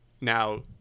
Now